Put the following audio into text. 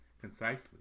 concisely